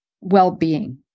well-being